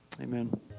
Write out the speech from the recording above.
Amen